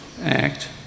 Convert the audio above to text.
act